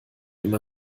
immer